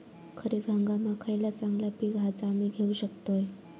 खरीप हंगामाक खयला चांगला पीक हा जा मी घेऊ शकतय?